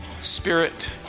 spirit